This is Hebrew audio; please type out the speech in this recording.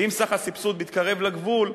ואם סך הסבסוד מתקרב לגבול,